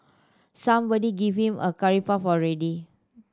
somebody give him a curry puff already